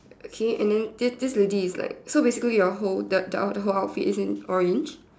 okay and then this this lady is like so basically the whole the the whole outfit is in orange